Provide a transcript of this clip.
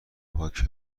پاک